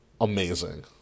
amazing